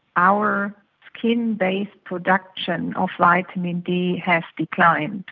our skin based production of vitamin d has declined,